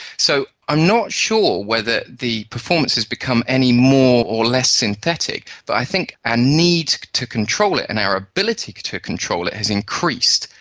so i'm not sure whether the performance has become any more or less synthetic, but i think our need to control it and our ability to control it has increased.